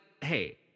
hey